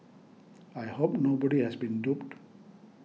I hope nobody has been duped